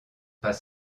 pas